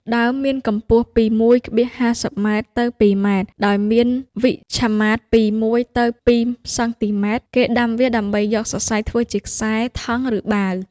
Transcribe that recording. ដើមមានកំពស់ពី ១,៥០ ម៉ែត្រទៅ ២ ម៉ែត្រ ដោយ មានវិជ្ឈមាត្រពី ១ទៅ២ សងទីម៉ែត្រ គេដាំវាដើម្បីយកសរសៃធ្វើជាខ្សែ ថង់ ឬបាវ ។